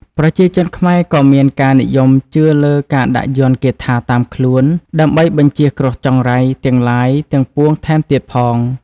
ប្រជាជនខ្មែរក៏មានការនិយមជឿលើការដាក់យ័ន្តគាថាតាមខ្លួនដើម្បីបញ្ចៀសគ្រោះចង្រៃទាំងឡាយទាំងពួងថែមទៀតផង